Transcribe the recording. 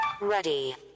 Ready